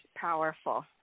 powerful